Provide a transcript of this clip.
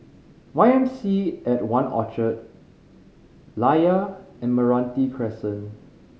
Y M C A at One Orchard Layar and Meranti Crescent